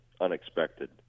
unexpected